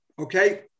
Okay